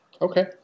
Okay